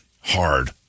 hard